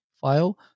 file